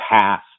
pass